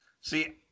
See